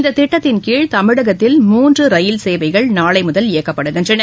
இந்த திட்டத்தின் கீழ் தமிழகத்தில் மூன்று ரயில் சேவைகள் நாளை முதல் இயக்கப்படுகின்றன